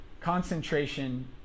concentration